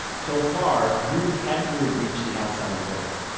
so far, the news hadn't really reached the outside world.